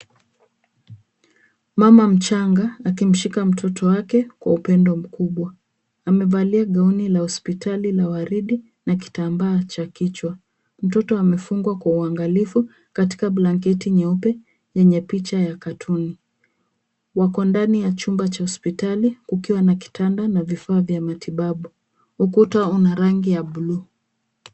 Mama mchanga akimshika mtoto wake kwa upendo mkubwa. Amevalia gauni la hospitali la waridi na kitambaa cha kichwa. Mtoto amefungwa kwa uangalifu katika blanketi nyeupe yenye picha ya katuni. Wako ndani ya chumba cha hospitali kukiwa na kitanda na vifaa vya matibabu. Ukuta una rangi ya buluu.